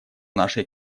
нашей